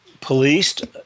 policed